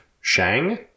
Shang